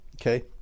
okay